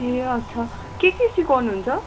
ए अच्छा के के सिकाउनुहुन्छ